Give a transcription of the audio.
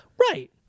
Right